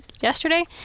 yesterday